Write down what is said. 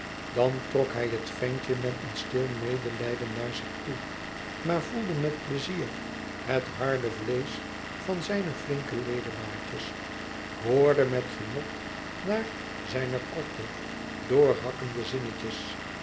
dan trok hij het ventje met een stil medelijden naar zich toe maar voelde met pleizier het harde vleesch van zijne flinke ledemaatjes hoorde met genot naar zijne korte doorhakkende